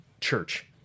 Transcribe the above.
church